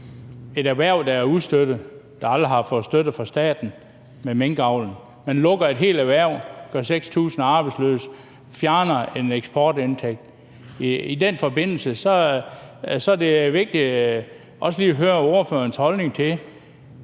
minkavl, der er ustøttet og aldrig har fået støtte fra staten – man lukker hele erhvervet, gør 6.000 arbejdsløse, fjerner en eksportindtægt – og i den forbindelse er det vigtigt også lige at høre ordførerens holdning til